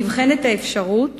נבחנת האפשרות